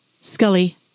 Scully